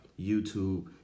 YouTube